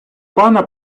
пана